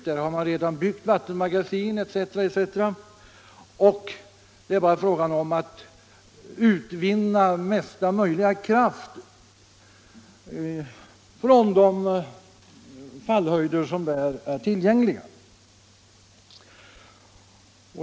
Där har man redan byggt vattenmagasin etc., och det är bara fråga om att utvinna mesta möjliga kraft från de fallhöjder som där är tillgängliga.